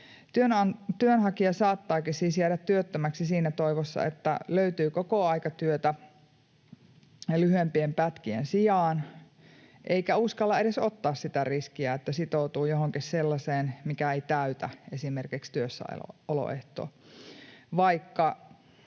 Työnhakija saattaakin siis jäädä työttömäksi siinä toivossa, että löytyy kokoaikatyötä lyhyempien pätkien sijaan, eikä uskalla edes ottaa sitä riskiä, että sitoutuu johonkin sellaiseen, mikä ei täytä esimerkiksi työssäoloehtoa,